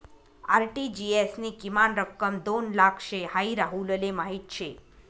RTGS नी किमान रक्कम दोन लाख शे हाई राहुलले माहीत शे